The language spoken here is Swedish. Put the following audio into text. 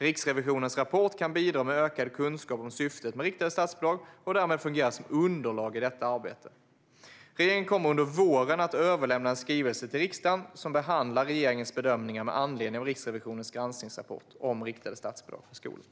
Riksrevisionens rapport kan bidra med ökad kunskap om systemet med riktade statsbidrag och därmed fungera som underlag för detta arbete. Regeringen kommer under våren att överlämna en skrivelse till riksdagen som behandlar regeringens bedömningar med anledning av Riksrevisionens granskningsrapport om riktade statsbidrag till skolan.